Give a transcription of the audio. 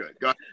good